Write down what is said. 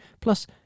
Plus